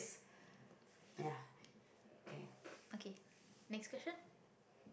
okay next question